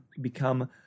become